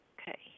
okay